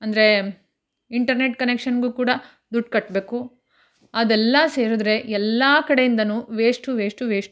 ಅಂದರೆ ಇಂಟರ್ನೆಟ್ ಕನೆಕ್ಷನ್ನಿಗೂ ಕೂಡ ದುಡ್ಡು ಕಟ್ಟಬೇಕು ಅದೆಲ್ಲ ಸೇರಿದರೆ ಎಲ್ಲ ಕಡೆಯಿಂದಲೂ ವೇಸ್ಟು ವೇಸ್ಟು ವೇಸ್ಟು